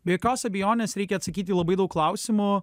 be jokios abejonės reikia atsakyt į labai daug klausimų